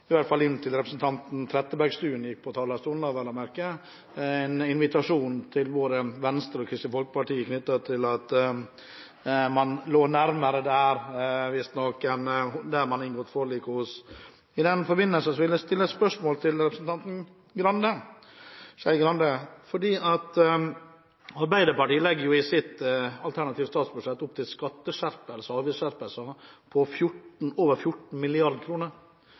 hvert fall inntil representanten Trettebergstuen gikk på talerstolen, vel å merke – en invitasjon til både Venstre og Kristelig Folkeparti knyttet til at man visstnok lå nærmere dem enn dem man inngikk forlik med. I den forbindelse vil jeg stille et spørsmål til representanten Skei Grande: Arbeiderpartiet legger jo i sitt alternative statsbudsjett opp til skatte- og avgiftsskjerpelser på over 14